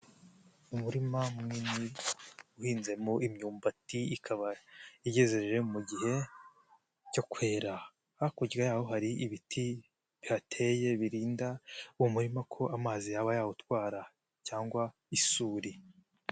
Umurima munini uhinzemo imyumbati ikaba igejeje mu gihe cyo kwera, hakurya yaho hari ibiti bihateye birinda muririma ko amazi yaba yawutwara cyangwa isuri.